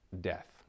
death